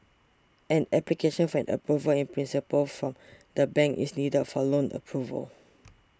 an application for an Approval in Principle from the bank is needed for loan approval